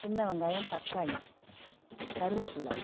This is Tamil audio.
சின்ன வெங்காயம் தக்காளி கருவேப்பில்ல